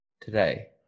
today